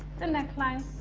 the neckline,